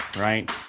right